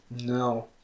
No